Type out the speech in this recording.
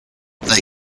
they